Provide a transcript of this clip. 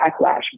backlash